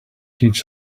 teach